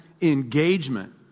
engagement